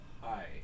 Hi